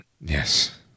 Yes